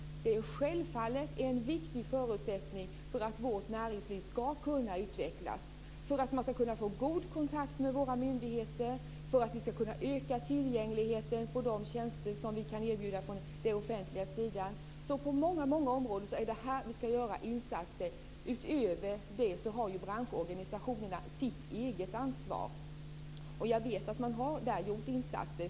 Det är självfallet en viktig förutsättning för att vårt näringsliv ska kunna utvecklas, för att man ska kunna få god kontakt med våra myndigheter och för att man ska kunna öka tillgängligheten för de tjänster som vi kan erbjuda från den offentliga sidan. Det är alltså sådana insatser som vi på många områden ska göra. Utöver det har branschorganisationerna sitt eget ansvar. Jag vet också att de har gjort insatser.